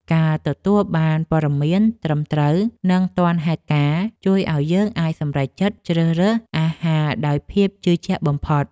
ការទទួលបានព័ត៌មានត្រឹមត្រូវនិងទាន់ហេតុការណ៍ ជួយឱ្យយើងអាចសម្រេចចិត្តជ្រើសរើសអាហារដោយភាពជឿជាក់បំផុត។